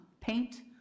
Paint